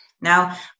Now